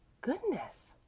goodness!